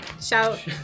Shout